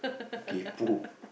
K poor